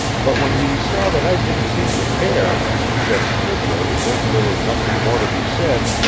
but when he saw that i didn't seem to care, and just stood there as if there were nothing more to be said,